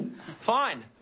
Fine